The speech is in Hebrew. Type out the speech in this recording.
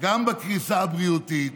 גם בקריסה הבריאותית